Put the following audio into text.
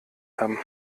haben